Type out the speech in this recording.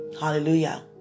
Hallelujah